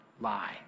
lie